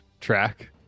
track